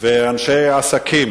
ואנשי עסקים